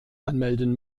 anmelden